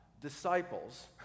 disciples